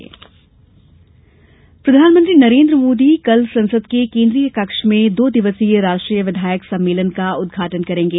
विधायक सम्मेलन प्रधानमंत्री नरेन्द्र मोदी कल संसद के केन्द्रीय कक्ष में दो दिवसीय राष्ट्रीय विधायक सम्मेलन का उद्घाटन करेंगे